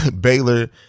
Baylor